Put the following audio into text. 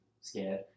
scared